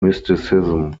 mysticism